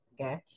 Okay